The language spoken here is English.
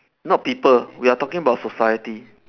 not people we are taking about society